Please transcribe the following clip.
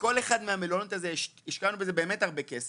בכל אחד מהמלונות השקענו באמת הרבה כסף.